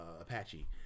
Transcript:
Apache